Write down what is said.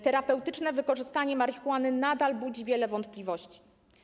Terapeutyczne wykorzystanie marihuany nadal budzi wiele wątpliwości.